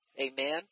Amen